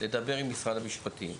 לדבר עם משרד המשפטים,